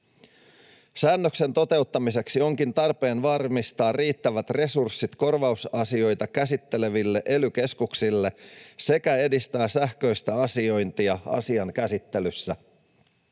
Säännöksen toteuttamiseksi onkin tarpeen varmistaa riittävät resurssit korvausasioita käsitteleville ely-keskuksille sekä edistää sähköistä asiointia asian käsittelyssä.